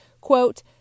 quote